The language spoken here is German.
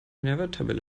nährwerttabelle